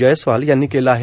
जयस्वाल यांनी केलं आहे